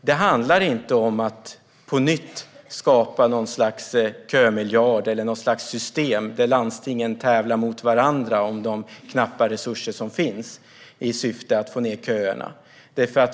Det handlar inte om att på nytt skapa en kömiljard eller något slags system där landstingen tävlar mot varandra om de knappa resurser som finns i syfte att få ned köerna.